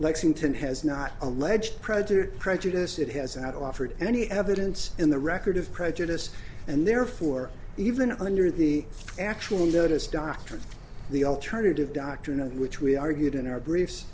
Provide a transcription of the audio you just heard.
lexington has not alleged predator prejudice it has not offered any evidence in the record of prejudice and therefore even under the actual notice doctrine the alternative doctrine of which we argued in our briefs